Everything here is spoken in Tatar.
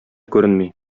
күренми